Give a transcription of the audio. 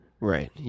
Right